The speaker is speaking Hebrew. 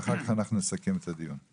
ואחר כך אנחנו נסכם את הדיון.